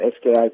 SKI